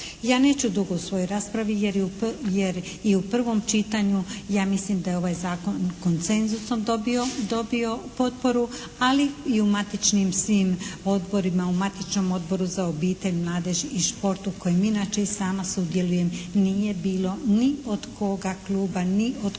Ja neću dugo u svojoj raspravi jer i u prvom čitanju ja mislim da je ovaj zakon koncenzusom dobio potporu ali i u matičnim svim odborima, u matičnom Odboru za obitelj, mladež i šport u kojem inače i sama sudjelujem nije bilo ni od koga kluba ni od